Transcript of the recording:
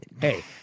Hey